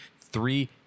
three